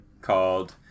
called